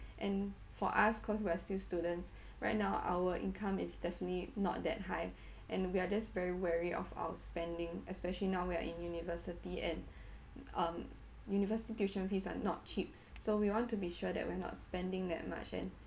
and for us cause we are still students right now our income is definitely not that high and we are just very wary of our spending especially we are now in university and um university tuition fees are not cheap so we want to be sure that we are not spending that much and